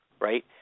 right